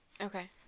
Okay